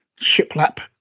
shiplap